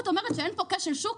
אין לי ציפיות מהממונה על התחרות.